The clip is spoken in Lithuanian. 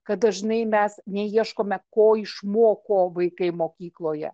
kad dažnai mes neieškome ko išmoko vaikai mokykloje